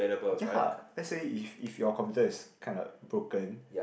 ya let's say if if your computer is kinda broken